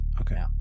Okay